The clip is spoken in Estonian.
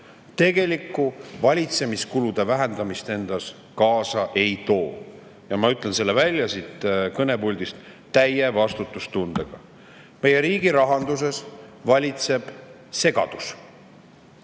tegelikku valitsemiskulude vähendamist endaga kaasa ei too. Ja ma ütlen selle siit kõnepuldist välja täie vastutustundega. Meie riigi rahanduses valitseb segadus.